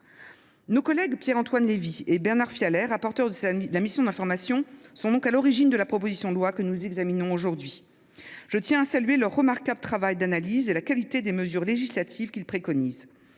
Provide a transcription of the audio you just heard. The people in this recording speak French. Nos collègues Pierre Antoine Levi et Bernard Fialaire, rapporteurs de la mission d’information, sont à l’origine de la présente proposition de loi. Je tiens à saluer leur remarquable travail d’analyse et la qualité des mesures législatives qu’ils préconisent.